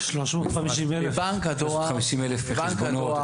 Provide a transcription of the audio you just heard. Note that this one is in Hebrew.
350,000 חשבונות.